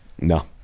No